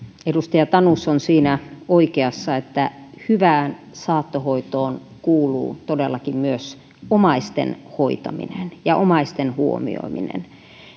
edustaja tanus on siinä oikeassa että hyvään saattohoitoon kuuluu todellakin myös omaisten hoitaminen ja omaisten huomioiminen